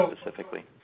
specifically